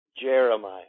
Jeremiah